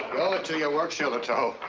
owe it to your work, shillitoe.